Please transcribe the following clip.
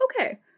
okay